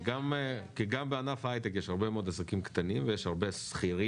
גם בענף היי-טק יש הרבה מאוד עסקים קטנים ויש הרבה שכירים